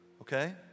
Okay